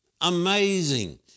Amazing